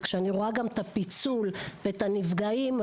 וכשאני רואה את הפיצול ואת הנפגעים,